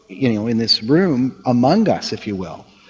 you know in this room among us if you will.